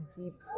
deep